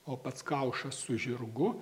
o pats kaušas su žirgu